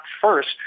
first